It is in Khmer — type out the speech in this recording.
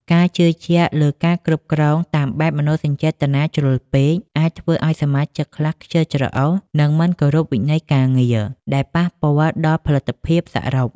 ការជឿជាក់លើការគ្រប់គ្រងតាមបែបមនោសញ្ចេតនាជ្រុលពេក អាចធ្វើឱ្យសមាជិកខ្លះខ្ជិលច្រអូស និងមិនគោរពវិន័យការងារ ដែលប៉ះពាល់ដល់ផលិតភាពសរុប។